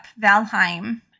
Valheim